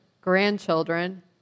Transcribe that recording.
grandchildren